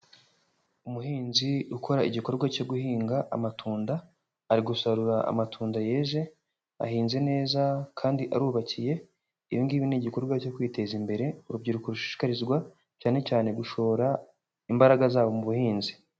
Umuhinzi ukora igikorwa cyo guhinga amatunda, ari gusarura amatunda yeje ahinze neza kandi arubakiye, ibi ingibi ni igikorwa cyo kwiteza imbere urubyiruko rushishikarizwa cyane cyane gushora imbaraga zabo mu buhinzi.